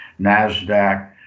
NASDAQ